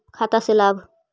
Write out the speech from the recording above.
खाता से लाभ?